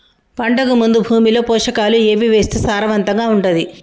పంటకు ముందు భూమిలో పోషకాలు ఏవి వేస్తే సారవంతంగా ఉంటది?